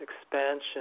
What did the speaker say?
expansion